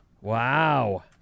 Wow